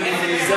נדמה לי,